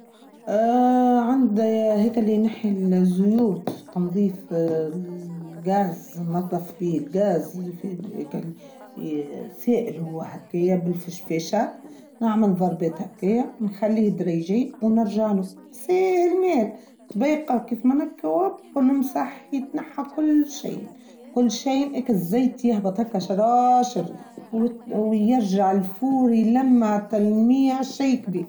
اااا عند هيك اللي نحل زيوت تنضيف الغاز نضف بيه الغاز فيه سائل هو حكاية بالفشفاشة نعمل ضربات حكاية نخليه دريجين ونرجع له سائل مين بيقى كيف ما نحكي ونمسح يتنحى كل شيء كل شيء هيك الزيت يهبط حكاية شراااااشر ويرجع الفوري يلمع تلميعة شيء كديه.